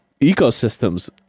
ecosystems